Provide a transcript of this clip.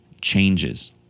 changes